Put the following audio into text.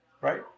right